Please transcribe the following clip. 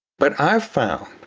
but i've found,